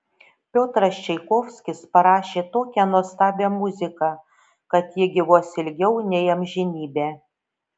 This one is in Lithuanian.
piotras čaikovskis parašė tokią nuostabią muziką kad ji gyvuos ilgiau nei amžinybę